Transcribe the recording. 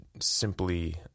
simply